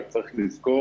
רק צריך לזכור